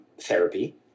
Therapy